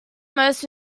most